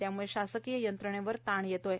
त्याम्ळे शासकीय यंत्रणेवर ताण येत आहे